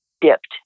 dipped